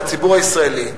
לציבור הישראלי: